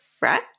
right